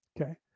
Okay